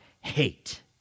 hate